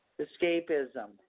escapism